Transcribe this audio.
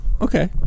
okay